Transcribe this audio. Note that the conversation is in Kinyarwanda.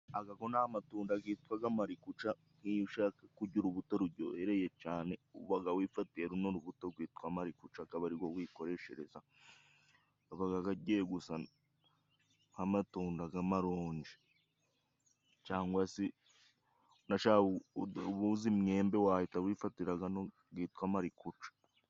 Agago ni amatunda gitwaga marikuca nk'iyo ushaka kujya urubuto rujyohereye cane ubaga wifatiye runo rubuto rwitwa marikuca akaba ariwo wikoreshereza gabaga gagiye gusa nk'amatunda g'amoronji cyangwa se ubuze umwembe wahita wifatira gano gitwa marikuca.